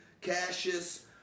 Cassius